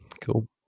Cool